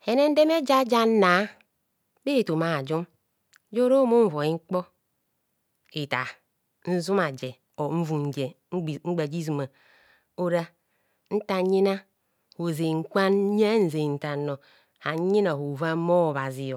Henendeme eja janna bha etoma ajum jora umunvoi nkpohitar nzumaja or nvum je mgbaje izuma or a ntan yina ozen kwa nyen zen tanor anyina hovan bha obhazi